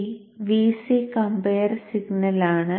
ഈ Vc comparer സിഗ്നലാണ്